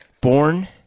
Born